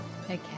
Okay